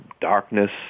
darkness